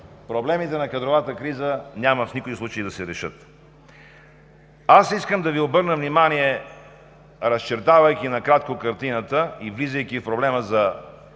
проблемите на кадровата криза няма в никой случай да се решат. Искам да Ви обърна внимание, разчертавайки накратко картината и влизайки в проблема за